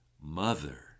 mother